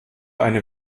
eine